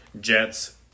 Jets